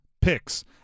picks